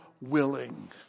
willing